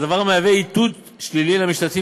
הדבר מהווה איתות שלילי למשתתפים